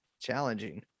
challenging